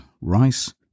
rice